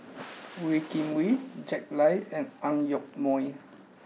Wee Kim Wee Jack Lai and Ang Yoke Mooi